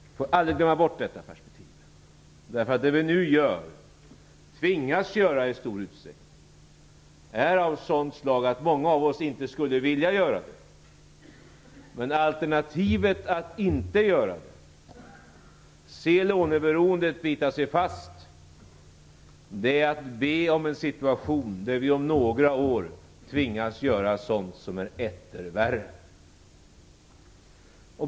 Vi får aldrig glömma bort detta perspektiv därför att vi det vi nu gör, som vi i stor utsträckning tvingas att göra, är av sådant slag att många av oss inte skulle vilja göra det. Men alternativet att inte göra det, att se låneberoendet bita sig fast, är att be om en situation där vi om några år tvingas göra sådant som är etter värre.